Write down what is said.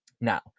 Now